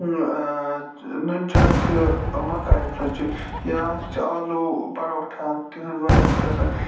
نُن چاے تہِ مکایہِ ژۄچہٕ یا چھِ آلوٗ پرٛوٹھا تِہٕنٛز اَسہِ واریاہَس پَسنٛد